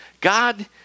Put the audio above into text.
God